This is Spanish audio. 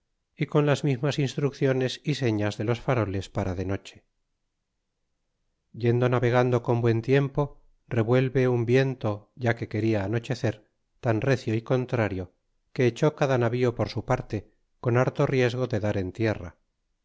y con las mismas instrucciones y señas de los faroles para de noche yendo navegando con buen tiempo revuelve un viento ya que queda anochecer tan recio y contrario que echó cada navío por su parte con harto riesgo de dar en tierra